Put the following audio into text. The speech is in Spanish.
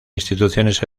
instituciones